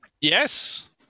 Yes